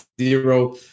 zero